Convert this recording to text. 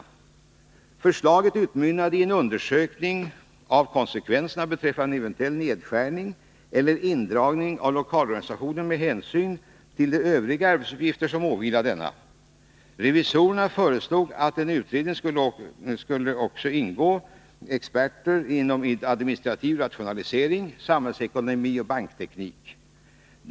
Detta utmynnade i förslaget om en undersökning av konsekvenserna beträffande en eventuell nedskärning eller indragning av lokalorganisationen med hänsyn till de övriga arbetsuppgifter som åvilade denna. Revisorerna föreslog att i utredningen skulle också ingå experter inom administrativ rationalisering, samhällsekonomi och bankteknik.